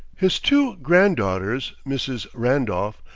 his two grand-daughters, misses randolph,